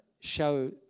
show